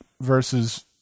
versus